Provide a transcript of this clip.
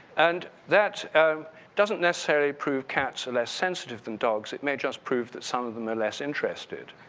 and that doesn't necessarily prove cats are less sensitive than dogs, it may just prove that some of them are less interested.